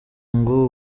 ngo